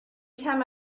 time